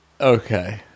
Okay